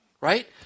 right